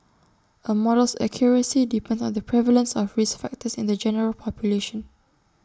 A model's accuracy depends on the prevalence of risk factors in the general population